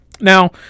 Now